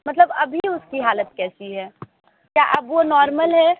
मतलब अभी उसकी हालत कैसी है क्या अब वो नॉर्मल है